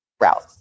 route